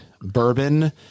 bourbon